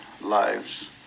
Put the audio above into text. lives